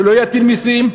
שלא יטיל מסים,